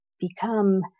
become